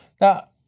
Now